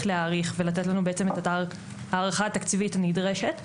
להעריך ולתת לנו את ההערכה התקציבית הנדרשת,